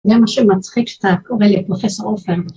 זה מה שמצחיק שאתה קורא לי פרופסור אופן.